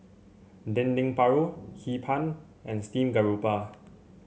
Dendeng Paru Hee Pan and Steamed Garoupa